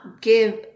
give